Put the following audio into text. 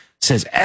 Says